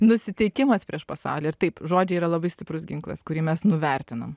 nusiteikimas prieš pasaulį ir taip žodžiai yra labai stiprus ginklas kurį mes nuvertinam